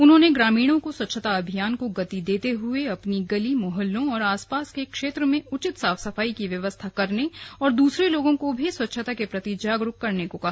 उन्होंने ग्रामीणों को स्वच्छता अभियान को गति देते हए अपनी गली मोहल्लों व आसपास के क्षेत्र में उचित साफ सफाई की व्यवस्था करने और दूसरे लोगों को भी स्वच्छता के प्रति जागरूक करने को कहा